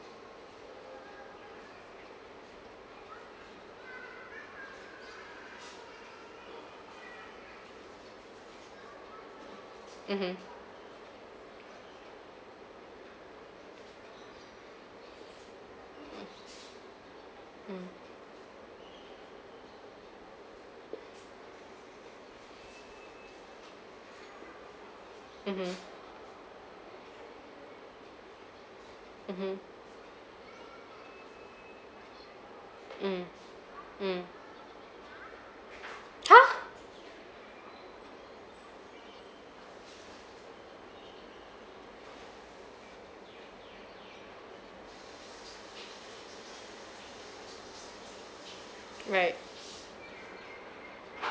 mmhmm uh mm mmhmm mmhmm mm mm !huh! right